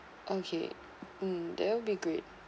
okay um that will be great